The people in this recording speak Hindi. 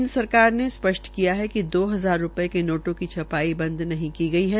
केन्द्र सरकार ने स्पष्ट किया है कि दो हजार के नोटों की छपाई बंद नहीं की गई है